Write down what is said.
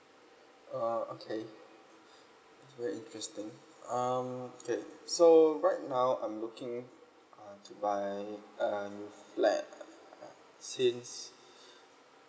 uh okay very interesting um okay so right now I'm looking uh to buy a new flat since